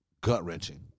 gut-wrenching